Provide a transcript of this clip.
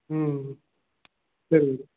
ம் ம் சரிங்க